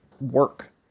work